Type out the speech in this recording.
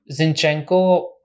Zinchenko